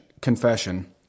confession